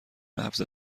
نبض